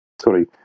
sorry